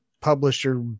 publisher